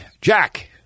Jack